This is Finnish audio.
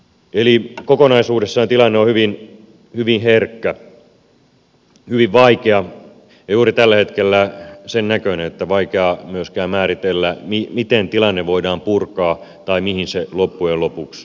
eli kokonaisuudessaan tilanne on hyvin herkkä hyvin vaikea ja juuri tällä hetkellä sen näköinen että on vaikeaa myöskään määritellä miten tilanne voidaan purkaa tai mihin se loppujen lopuksi ratkeaa